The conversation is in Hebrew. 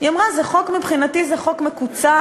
היא אמרה: מבחינתי זה חוק מקוצץ,